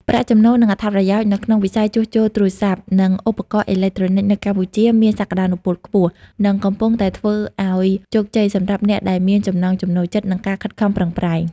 ប្រាក់ចំណូល និងអត្ថប្រយោជន៍នៅក្នុងវិស័យជួសជុលទូរស័ព្ទ និងឧបករណ៍អេឡិចត្រូនិចនៅកម្ពុជាមានសក្តានុពលខ្ពស់ និងកំពុងតែធ្វើឲ្យជោគជ័យសម្រាប់អ្នកដែលមានចំណង់ចំណូលចិត្ត និងការខិតខំប្រឹងប្រែង។